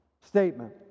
Statement